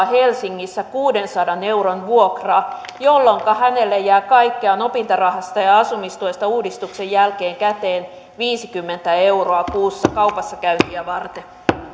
helsingissä kuudensadan euron vuokraa jolloinka hänelle jää kaikkiaan opintorahasta ja ja asumistuesta uudistuksen jälkeen käteen viisikymmentä euroa kuussa kaupassa käyntiä varten